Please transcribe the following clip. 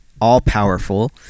all-powerful